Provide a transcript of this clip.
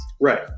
Right